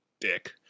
Dick